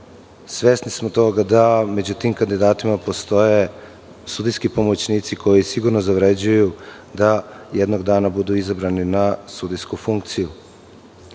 Svesni smo toga da među tim kandidatima postoje sudijski pomoćnici koji sigurno zavređuju da jednog dana budu izabrani na sudijsku funkciju. Činjenica